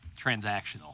transactional